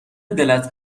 دلت